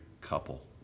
couple